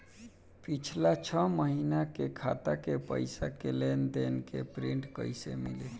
पिछला छह महीना के खाता के पइसा के लेन देन के प्रींट कइसे मिली?